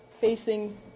facing